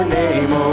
name